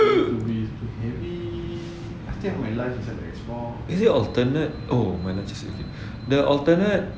is it alternate oh the alternate